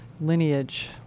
lineage